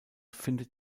findet